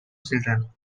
children